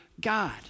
God